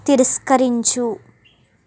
తిరస్కరించు